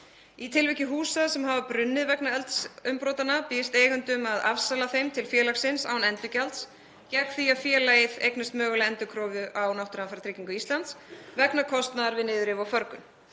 Í tilviki húsa sem hafa brunnið vegna eldsumbrotanna býðst eigendum að afsala þeim til félagsins án endurgjalds gegn því að félagið eignist mögulega endurkröfu á Náttúruhamfaratryggingu Íslands vegna kostnaðar við niðurrif og förgun.